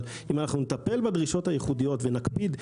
אבל אם אנחנו נטפל בדרישות הייחודיות ונקפיד,